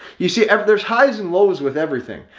you see ever there's highs and lows with everything.